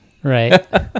right